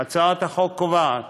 הצעת החוק קובעת